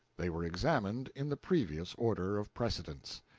they were examined in the previous order of precedence.